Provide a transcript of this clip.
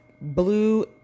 blue